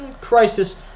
crisis